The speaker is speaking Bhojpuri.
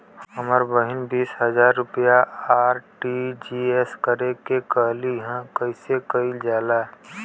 हमर बहिन बीस हजार रुपया आर.टी.जी.एस करे के कहली ह कईसे कईल जाला?